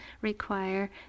require